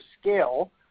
scale